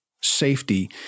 safety